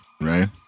right